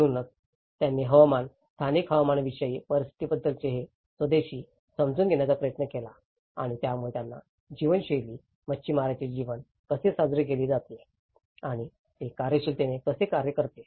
म्हणूनच त्यांनी हवामान स्थानिक हवामानविषयक परिस्थितीबद्दलचे हे स्वदेशी समजून घेण्याचा प्रयत्न केला आणि यामुळे त्यांचे जीवनशैली मच्छीमारांचे जीवन कसे साजरे केले जाते आणि ते कार्यशीलतेने कसे कार्य करते